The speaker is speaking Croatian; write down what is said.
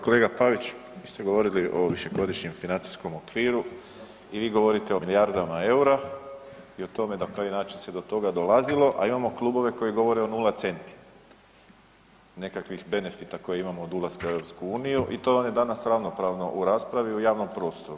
Kolega Pavić, vi ste govorili o višegodišnjem financijskom okviru i vi govorite o milijardama EUR-a i o tome na koji način se do toga dolazilo, a imamo klubove koji govore o nula centi, nekakvih benefita koje imamo od ulaska u EU i to vam je danas ravnopravno u raspravi i u javnom prostoru.